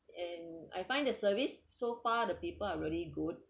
and I find the service so far the people are really good